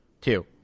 Two